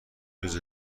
روز